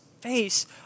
face